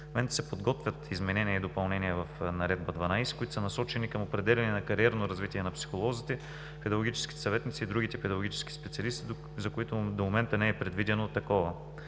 В момента се подготвят изменения и допълнения в Наредба № 12, които са насочени към определяне на кариерно развитие на психолозите, педагогическите съветници и другите педагогически специалисти, за които до момента не е предвидено такова.